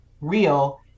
real